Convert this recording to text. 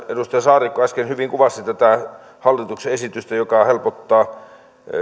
edustaja saarikko äsken hyvin kuvasi tätä hallituksen esitystä joka helpottaa